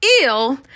ill